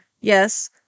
yes